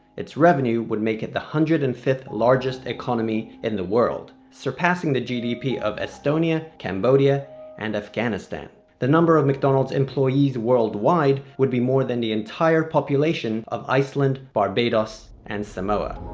it's revenue would make it the one hundred and fifth largest economy in the world surpassing the gdp of estonia, cambodia and afghanistan. the number of mcdonald's employees worldwide would be more than the entire population of iceland, barbados and samoa.